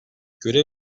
görev